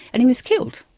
and he was killed.